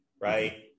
right